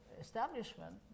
establishment